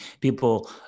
people